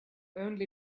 only